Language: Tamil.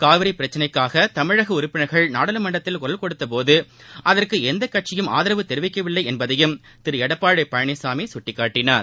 காவிரி பிரச்சினைக்காக தமிழக உறுப்பினர்கள் நாடாளுமன்றத்தில் குரல் னொடுத்த போது அதற்கு எந்த கட்சியும் ஆதரவு தெரிவிக்கவில்லை என்பதையும்திரு எடப்பாடி பழனிசாமி சுட்டிக்காட்டினார்